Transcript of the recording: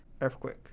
earthquake